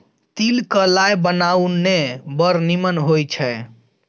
तिल क लाय बनाउ ने बड़ निमन होए छै